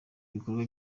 ibikorwa